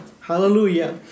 Hallelujah